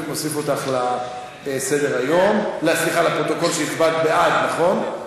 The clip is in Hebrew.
מוסיף אותך, לפרוטוקול, הצבעת בעד, נכון?